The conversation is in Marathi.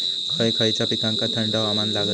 खय खयच्या पिकांका थंड हवामान लागतं?